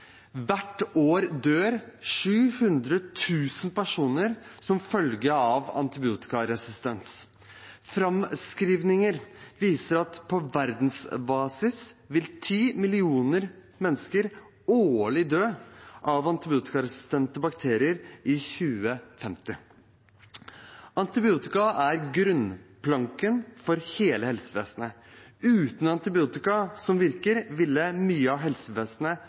Hvert år dør 700 000 personer som følge av antibiotikaresistens. Framskrivninger viser at på verdensbasis vil ti millioner mennesker årlig dø av antibiotikaresistente bakterier i 2050. Antibiotika er grunnplanken for hele helsevesenet. Uten antibiotika som virker, ville mye av helsevesenet